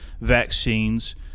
vaccines